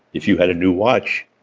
if you had a new watch,